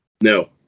No